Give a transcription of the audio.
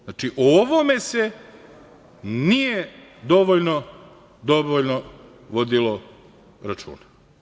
Znači, o ovome se nije dovoljno vodilo računa.